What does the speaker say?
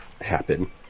happen